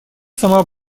сама